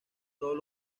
todos